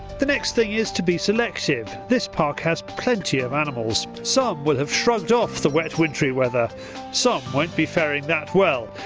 the next thing is to be selective. this park has plenty of animals. some will have shrugged off the wet wintery weather some won't be faring that well.